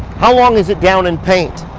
how long is it down in paint?